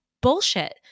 bullshit